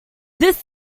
this